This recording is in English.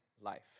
life